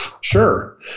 sure